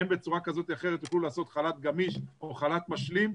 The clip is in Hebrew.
הם בצורה כזו או אחרת יוכלו לעשות חל"ת גמיש או חל"ת משלים,